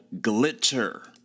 Glitter